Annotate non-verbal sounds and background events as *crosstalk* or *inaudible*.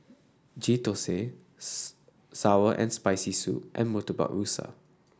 Ghee Thosai *hesitation* sour and Spicy Soup and Murtabak Rusa